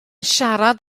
siarad